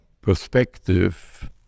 perspective